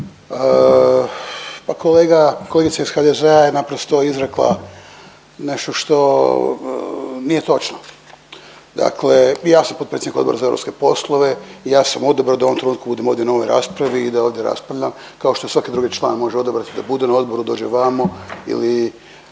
Pa kolega, kolegica iz HDZ-a je izrekla nešto što nije točno. Dakle i ja sam potpredsjednik Odbor za europske poslove i ja sam odabrao da u ovom trenutku budem ovdje na ovoj raspravi da ovdje raspravljam, kao što svaki drugi član može odabrati da bude na odboru, dođe ovamo ili